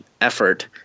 effort